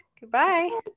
Goodbye